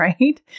right